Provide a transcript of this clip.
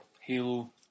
Halo